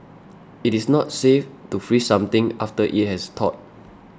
it is not safe to freeze something after it has thawed